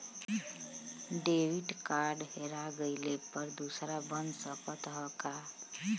Debit card हेरा जइले पर दूसर बन सकत ह का?